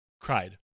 cried